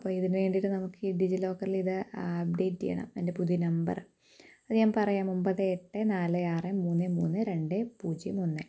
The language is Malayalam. അപ്പോള് ഇതിന് വേണ്ടിയിട്ട് നമുക്കീ ഡിജി ലോക്കറില് ഇത് അപ്ഡേറ്റെയ്യണം എൻ്റെ പുതിയ നമ്പര് അത് ഞാൻ പറയാം ഒമ്പത് എട്ട് നാല് ആറ് മുന്ന് മൂന്ന് രണ്ട് പൂജ്യം ഒന്ന്